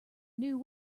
new